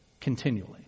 continually